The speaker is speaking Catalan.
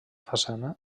façana